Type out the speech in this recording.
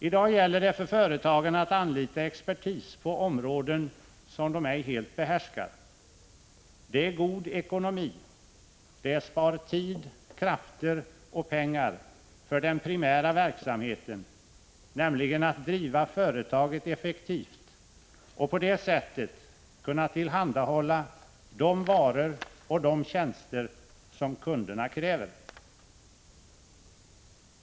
I dag gäller det för företagen att anlita expertis på områden som de ej helt behärskar. Det är god ekonomi. Det spar tid, krafter och pengar för den primära verksamheten — nämligen att driva företaget effektivt och på det sättet kunna tillhandahålla de varor och de tjänster som kunderna kräver.